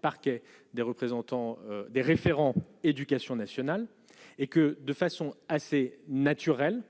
parquets des représentants des référents, Éducation nationale et que, de façon assez naturel